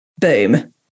boom